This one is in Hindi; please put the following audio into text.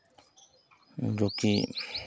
जोकि